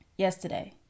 Yesterday